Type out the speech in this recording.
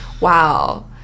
Wow